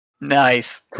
Nice